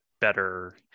better